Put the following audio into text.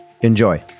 Enjoy